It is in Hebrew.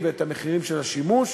אתה פתחת חדר מיון שם בלי משרד הבריאות,